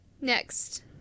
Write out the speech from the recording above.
next